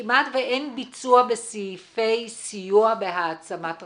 - שכמעט ואין ביצוע בסעיפי סיוע בהעצמת רשויות.